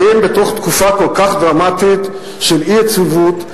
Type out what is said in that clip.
האם בתוך תקופה כל כך דרמטית של אי-יציבות,